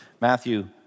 Matthew